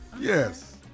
Yes